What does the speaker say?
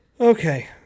Okay